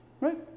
Right